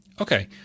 Okay